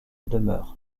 demeure